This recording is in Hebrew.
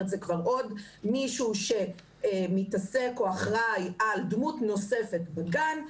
זאת אומרת זה כבר עוד מישהו שמתעסק או אחראי על דמות נוספת בגן,